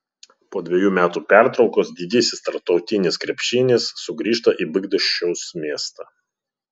po dvejų metų pertraukos didysis tarptautinis krepšinis sugrįžta į bydgoščiaus miestą